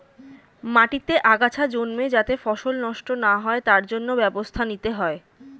মাটিতে আগাছা জন্মে যাতে ফসল নষ্ট না হয় তার জন্য ব্যবস্থা নিতে হয়